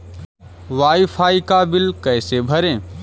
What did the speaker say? Wi fi का bill कैसे भरें?